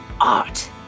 Art